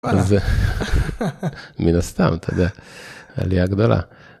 אז מן הסתם, אתה יודע, עליה גדולה.